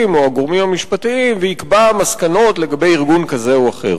או הגורמים המשפטיים ויקבע מסקנות לגבי ארגון כזה או אחר.